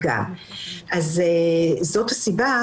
זאת הסיבה